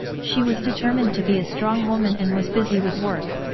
she was determined to be a strong woman and was busy with work.